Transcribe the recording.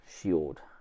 shield